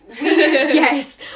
yes